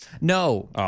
No